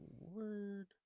Word